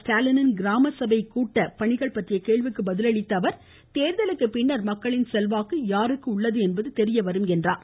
ஸ்டாலினின் கிராமசபை கூட்ட பணிகள் பற்றிய கேள்விக்கு பதில் அளித்த அவர் தேர்தலுக்கு பின்னர் மக்களின் செல்வாக்கு யாருக்கு உள்ளது என்பது தெரிய வரும் என்றார்